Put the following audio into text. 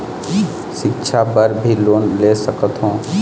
सिक्छा बर भी लोन ले सकथों?